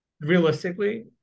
realistically